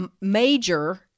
major